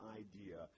idea